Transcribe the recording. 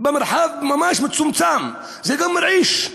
אמרתם על המואזין שהוא באמת מרעיש,